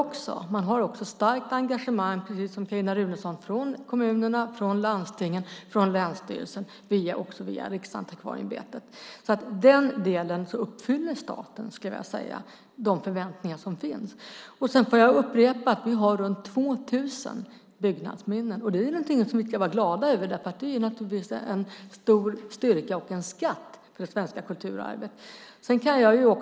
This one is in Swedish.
Det finns också, som Carin Runeson sade, ett starkt engagemang från kommunernas, landstingens och länsstyrelsens sida, och även via Riksantikvarieämbetet. I den delen uppfyller alltså staten, skulle jag vilja säga, de förväntningar som finns. Sedan får jag upprepa att vi har omkring 2 000 byggnadsminnen, och det ska vi vara glada för, för det är naturligtvis en stor styrka och en skatt för det svenska kulturarvet.